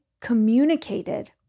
communicated